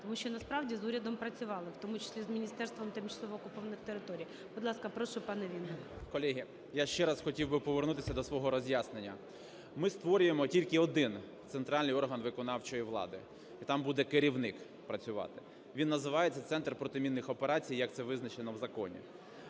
тому що насправді з урядом працювали, у тому числі з Міністерством тимчасово окупованих територій. Будь ласка, прошу пане Вінник. 11:34:48 ВІННИК І.Ю. Колеги, я ще раз хотів би повернутись до свого роз'яснення. Ми створюємо тільки один центральний орган виконавчої влади, і там буде керівник працювати. Він називається Центр протимінних операцій, як це визначено у законі.